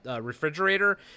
refrigerator